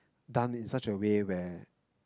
done in such a way where